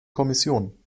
kommission